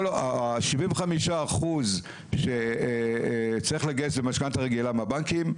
ה-75% שצריך לגייס למשכנתא רגילה מהבנקים,